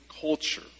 culture